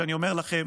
ואני אומר לכם